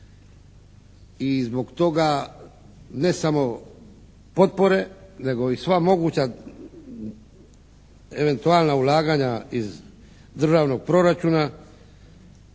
i zbog toga ne samo potpore nego i sva moguća eventualna ulaganja iz državnog proračuna